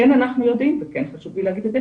כן אנחנו יודעים וכן חשוב לי להגיד את זה